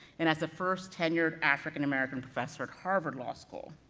and as the first tenured african american professor at harvard law school,